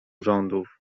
rządów